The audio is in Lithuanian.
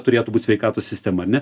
turėtų būt sveikatos sistemoj ar ne